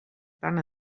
tant